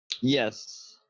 Yes